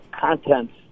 contents